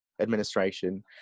administration